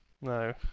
No